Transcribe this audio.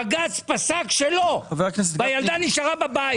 בג"ץ פסק שלא והילדה נשארה בבית.